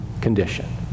condition